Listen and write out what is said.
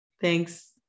Thanks